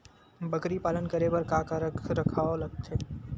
बकरी पालन करे बर काका रख रखाव लगथे?